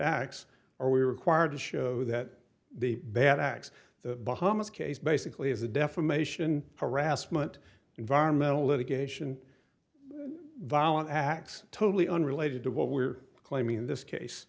acts are we required to show that the bad acts the bahamas case basically is a defamation harassment environmental litigation violent acts totally unrelated to what we're claiming in this case